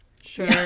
Sure